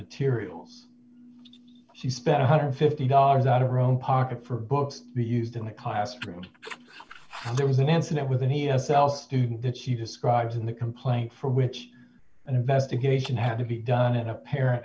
materials she spent one hundred and fifty dollars out of her own pocket for books be used in a classroom and how there was an incident with an e s l student that she describes in the complaint for which an investigation had to be done in a parent